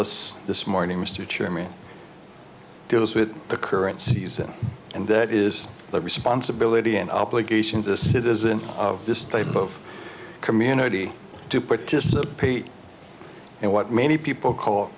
us this morning mr chairman deals with the current season and that is the responsibility and obligation to the citizen of this type of community to participate in what many people call